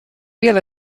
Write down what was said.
real